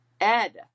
Ed